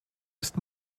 ist